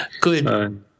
Good